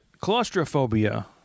Claustrophobia